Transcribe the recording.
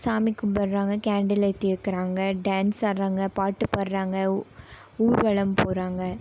சாமி கும்பிடுறாங்க கேன்டில் ஏற்றி வைக்கிறாங்க டான்ஸ் ஆடுறாங்க பாட்டுப் பாடுறாங்க ஊர்வலம் போகிறாங்க